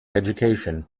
education